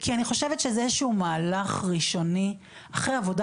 כי אני חושבת שזה איזה שהוא מהלך ראשוני אחרי עבודה